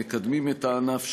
הם מקדמים את הענף,